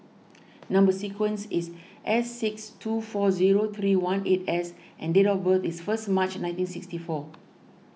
Number Sequence is S six two four zero three one eight S and date of birth is first March nineteen sixty four